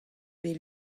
bet